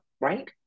right